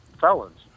felons